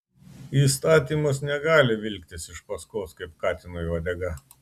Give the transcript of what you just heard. įstatymas negali vilktis iš paskos kaip katinui uodega